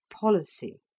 policy